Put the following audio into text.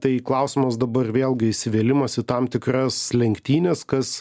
tai klausimas dabar vėlgi įsivėlimas į tam tikras lenktynes kas